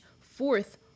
fourth